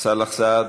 סאלח סעד,